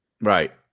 Right